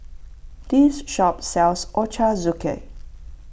this shop sells Ochazuke